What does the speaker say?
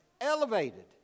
elevated